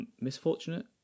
misfortunate